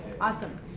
Awesome